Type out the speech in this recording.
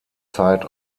zeit